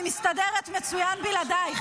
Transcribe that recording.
אני מסתדרת מצוין בלעדייך.